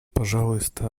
пожалуйста